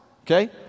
okay